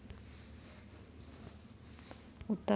उत्तर प्रदेशात मोठ्या प्रमाणात झेंडूचीलागवड केली जाते